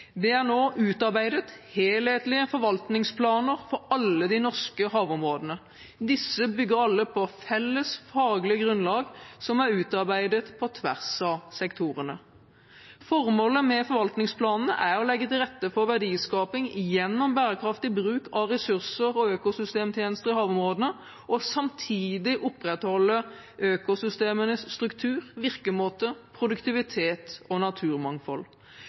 Det er nå utarbeidet helhetlige forvaltningsplaner for alle de norske havområdene. Disse bygger alle på felles faglige grunnlag som er utarbeidet på tvers av sektorene. Formålet med forvaltningsplanene er å legge til rette for verdiskaping gjennom bærekraftig bruk av ressurser og økosystemtjenester i havområdene og samtidig opprettholde økosystemenes struktur, virkemåte, produktivitet og naturmangfold.